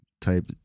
type